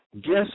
guess